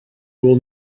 will